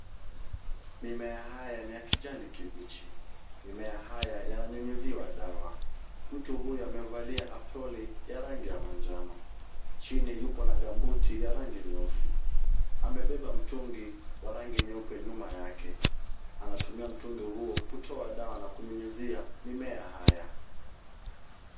Mimea haya ni ya kijani kibichi. Mimea haya yananyunyiziwa dawa. Mtu huyu amevalia aproni ya rangi ya manjano. Chini yuko na [c]gambuti[c] ya rangi nyeusi. Amebeba mtungi wa rangi nyeupe nyuma yake. Anatumia mtungi huo kutoa dawa na kunyunyizia mimea haya.